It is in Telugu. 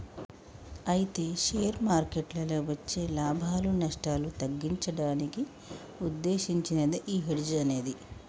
అయితే షేర్ మార్కెట్లలో వచ్చే లాభాలు నష్టాలు తగ్గించడానికి ఉద్దేశించినదే ఈ హెడ్జ్ అనేది